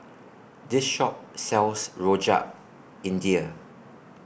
This Shop sells Rojak India